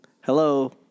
hello